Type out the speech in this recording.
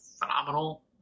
Phenomenal